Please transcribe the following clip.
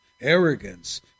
arrogance